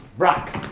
brock.